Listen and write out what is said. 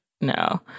No